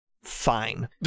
fine